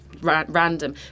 random